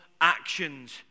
actions